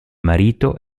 marito